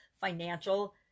financial